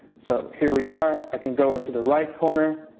so here we are. i can go into the right corner,